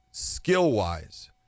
skill-wise